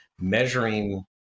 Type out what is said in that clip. measuring